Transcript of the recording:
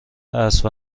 عصر